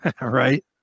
right